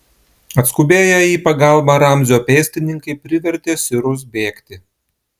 atskubėję į pagalbą ramzio pėstininkai privertė sirus bėgti